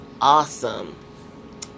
awesome